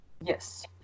Yes